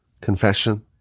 confession